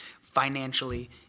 financially